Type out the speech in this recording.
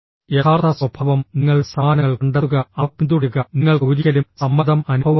യഥാർത്ഥ സ്വഭാവം നിങ്ങളുടെ സമ്മാനങ്ങൾ കണ്ടെത്തുക അവ പിന്തുടരുക നിങ്ങൾക്ക് ഒരിക്കലും സമ്മർദ്ദം അനുഭവപ്പെടില്ല